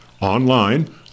Online